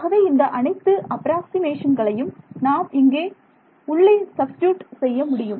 ஆகவே இந்த அனைத்து அப்ராக்ஸிமேஷன்களையும் நாம் இங்கே உள்ளே சப்ஸ்டிட்யூட் செய்ய முடியும்